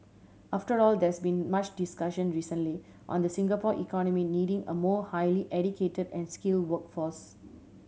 after all there has been much discussion recently on the Singapore economy needing a more highly educate and skill workforce